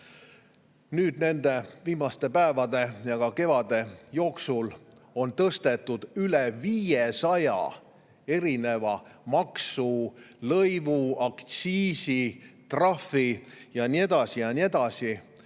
Nende viimaste päevade ja ka kevade jooksul on tõstetud üle 500 eri maksu, lõivu, aktsiisi, trahvi ja nii edasi ja nii edasi.